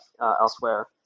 elsewhere